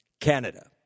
Canada